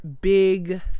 big